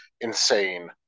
insane